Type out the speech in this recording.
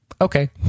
okay